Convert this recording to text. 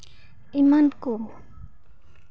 ᱮᱢᱟᱱ ᱠᱚ